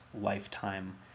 lifetime